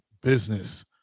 business